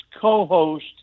co-host